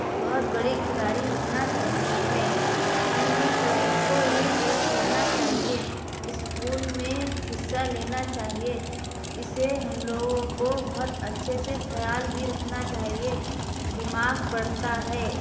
بہت بڑی کھلاڑی بننا چاہتی ہے ہمیں سب کو یہ کھیل کھیلنا چاہیے اسکول میں حصہ لینا چاہیے اسے ہم لوگوں کو بہت اچھے سے خیال بھی رکھنا چاہیے دماغ بڑھتا ہے